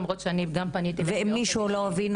למרות שאני גם פניתי --- ואם מישהו לא הבין,